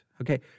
okay